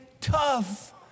tough